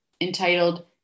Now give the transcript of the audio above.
entitled